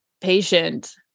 patient